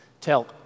Tell